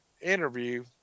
interview